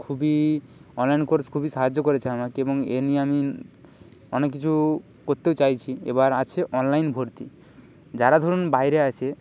খুবই online course খুবই সাহায্য করেছে আমাকে এবং এ নিয়ে আমি অনেক কিছু করতেও চাইছি এবার আছে অনলাইন ভর্তি যারা ধরুন বাইরে আছে